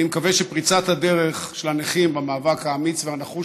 אני מקווה שפריצת הדרך של הנכים במאבק האמיץ והנחוש